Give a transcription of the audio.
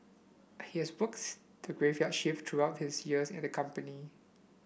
he has works the graveyard shift throughout his years at the company